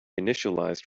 initialized